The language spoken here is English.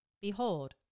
Behold